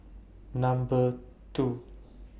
Number two